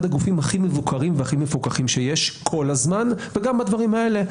הגופים הכי מפוקחים והכי מבוקרים שיש כל הזמן וגם בדברים האלה.